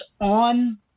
On